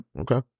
Okay